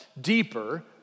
deeper